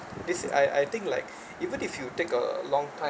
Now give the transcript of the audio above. this I I think like even if you take a long time